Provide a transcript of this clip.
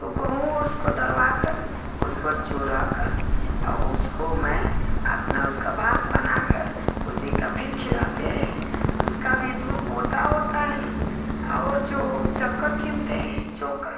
तो गेहूँ उसको दरबाकर उसको चूराकर और उसको मैं अपना उसको भात बनाकर उसी को फिर खिलाते हैं उसका भी दूध मोटा होता है और जो चोकर कीनते हैं चोकर